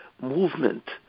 Movement